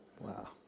Wow